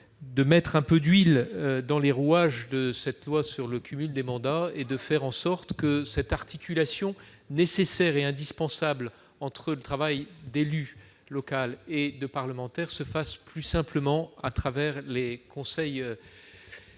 de mettre un peu d'huile dans les rouages de cette loi sur le cumul des mandats et de faire en sorte que l'articulation nécessaire et indispensable entre le travail d'élu local et celui de parlementaire se joue plus simplement à travers les conseils